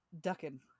ducking